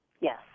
yes